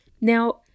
Now